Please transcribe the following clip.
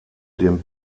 dem